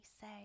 say